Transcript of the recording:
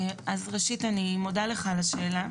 אני מודה לך על השאלה.